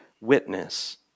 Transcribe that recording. witness